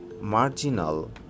marginal